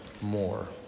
more